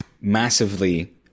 massively